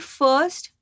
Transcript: first